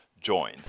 join